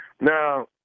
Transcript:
now